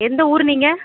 எந்த ஊர் நீங்கள்